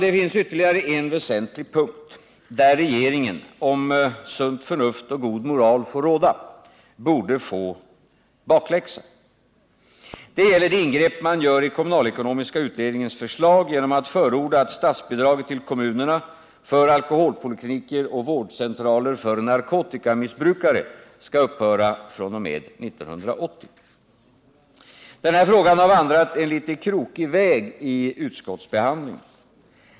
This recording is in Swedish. Det finns ytterligare en väsentlig punkt, där regeringen, om sunt förnuft och god moral får råda, borde få bakläxa. Det gäller det ingrepp man gör i kommunalekonomiska utredningens förslag genom att förorda att statsbidraget till kommunerna för alkoholpolikliniker och vårdcentraler för narkotikamissbrukare skall upphöra fr.o.m. 1980. Den här frågan har vandrat en litet krokig väg i utskottsbehandlingen.